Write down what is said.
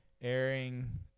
airing